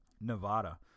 Nevada